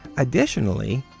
additionally,